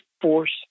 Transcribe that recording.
force